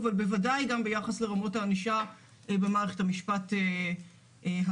אבל בוודאי גם ביחס לרמות הענישה במערכת המשפט הכללית.